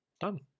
Done